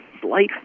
slight